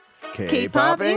K-pop